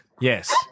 Yes